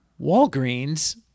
Walgreens